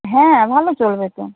হ্যাঁ ভালো চলবে তো